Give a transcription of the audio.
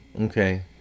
okay